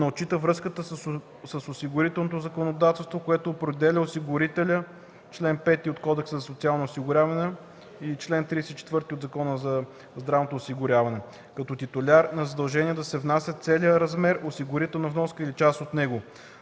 отчита връзката с осигурителното законодателство, което определя осигурителя (чл. 5 от Кодекса за социално осигуряване и чл. 34 от Закона за здравното осигуряване) като титуляр на задължението да се внася целият размер осигурителни вноски или част от него.